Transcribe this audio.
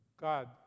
God